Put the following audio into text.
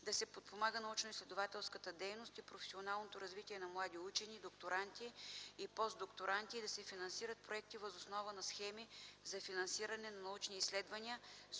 да се подпомага научноизследователската дейност и професионалното развитие на млади учени, докторанти и постдокторанти и да се финансират проекти въз основа на схеми за финансиране на научни изследвания